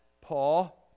Paul